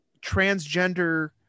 transgender